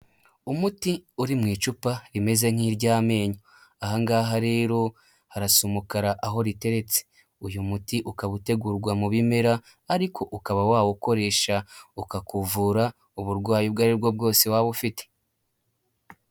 Umuti uri mu icupa rimeze nk'iry'amenyo; ahangaha rero harasa umukara aho riteretse. Uyu muti ukaba utegurwa mu bimera ariko ukaba wawukoresha ukakuvura uburwayi ubwo ari bwo bwose waba ufite.